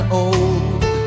old